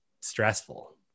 stressful